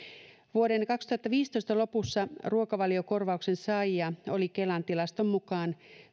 vuoden kaksituhattaviisitoista lopussa ruokavaliokorvauksen saajia oli kelan tilaston mukaan